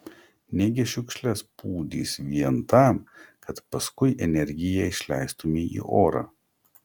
negi šiukšles pūdys vien tam kad paskui energiją išleistumei į orą